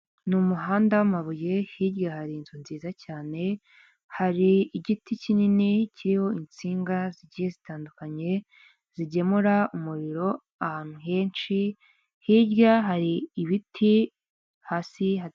Ni umuhanda w'amabuye hirya hari inzu nziza cyane, Hirya hari igiti kinini kiriho insinga zigiye zitandukanye zigemura umuriro ahantu henshi, hirya hari ibiti.